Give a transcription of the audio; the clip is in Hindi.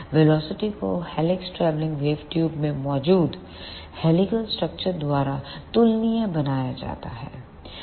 वेलोसिटीको हेलिक्स ट्रैवलिंग वेव ट्यूब में मौजूद हेलीकल स्ट्रक्चर द्वारा तुलनीय बनाया गया है